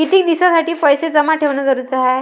कितीक दिसासाठी पैसे जमा ठेवणं जरुरीच हाय?